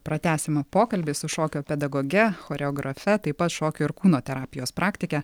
pratęsime pokalbį su šokio pedagoge choreografe taip pat šokio ir kūno terapijos praktike